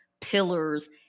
pillars